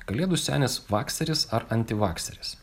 kalėdų senis vakseris ar antivakseris